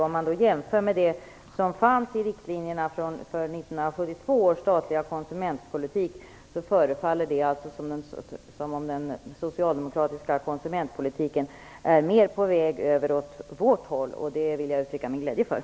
Om man jämför med riktlinjerna i 1972 års statliga konsumentpolitik förefaller det som att den socialdemokratiska konsumentpolitiken är mer på väg över åt vårt håll. Det vill jag uttrycka min glädje över.